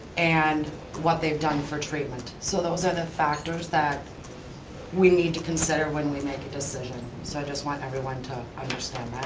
and what they've done for treatment. so those are the factors that we need to consider when we make a decision, so i just want everyone to understand